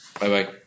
Bye-bye